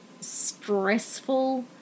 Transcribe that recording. stressful